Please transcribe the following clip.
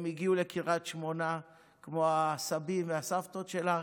הם הגיעו לקריית שמונה כמו הסבים והסבתות שלך,